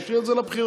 תשאיר את זה לבחירות.